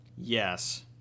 Yes